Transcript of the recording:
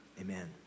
amen